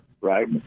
right